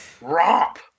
romp